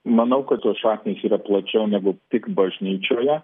manau kad tos šaknys yra plačiau negu tik bažnyčioje